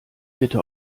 bitte